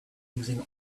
using